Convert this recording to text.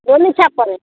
जो न इच्छा पड़े